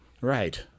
Right